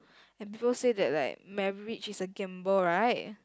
and people say that like marriage is a gamble right